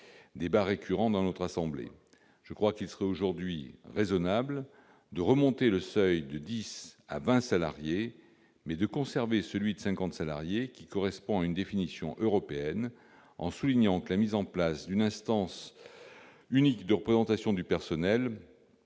débat récurrent dans notre assemblée. Il me paraîtrait aujourd'hui raisonnable de remonter le seuil de 10 à 20 salariés, mais de conserver celui de 50 salariés, qui correspond à une définition européenne. Je veux souligner que la mise en place d'une instance unique de représentation du personnel